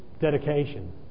dedication